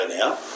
now